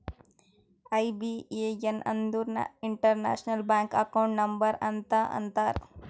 IBAN ಅಂದುರ್ international bank account number ಅಂತ ಅಂತಾರ್